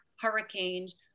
hurricanes